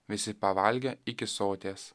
visi pavalgė iki soties